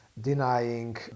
denying